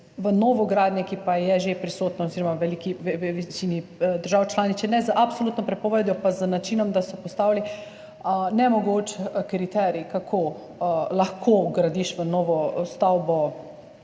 v novogradnje, ki pa je že prisotna v veliki večini držav članic, če ne z absolutno prepovedjo, pa z načinom, da so postavili nemogoč kriterij, kako lahko na primer vgradiš v novo stavbo